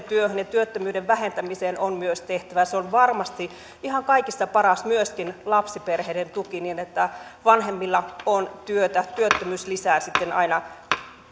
työhön ja työttömyyden vähentämiseen on myös tehtävä ja se on varmasti ihan kaikista paras myöskin lapsiperheiden tuki että vanhemmilla on työtä työttömyys lisää sitten aina